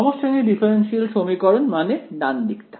সমশ্রেণীভুক্ত differential সমীকরণ মানে ডান দিকটা